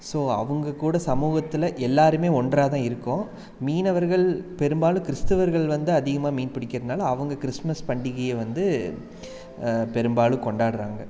so அவங்கக்கூட சமூகத்தில் எல்லாருமே ஒன்றாகதான் இருக்கோம் மீனவர்கள் பெரும்பாலும் கிறிஸ்தவர்கள் வந்து அதிகமாக மீன் பிடிக்கிறதுனால அவங்க கிறிஸ்மஸ் பண்டிகையை வந்து பெரும்பாலும் கொண்டாடுறாங்க